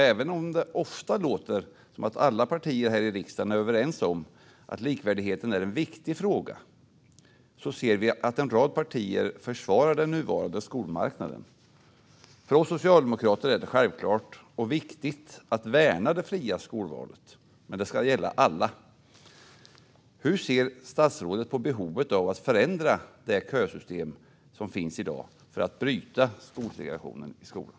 Även om det ofta låter som att alla partier här i riksdagen är överens om att likvärdigheten är en viktig fråga ser vi att en rad partier försvarar den nuvarande skolmarknaden. För oss socialdemokrater är det självklart och viktigt att värna det fria skolvalet, men det ska gälla alla. Hur ser statsrådet på behovet av att förändra det kösystem som finns i dag, för att bryta segregationen i skolan?